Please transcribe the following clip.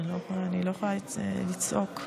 אני לא יכולה לצעוק.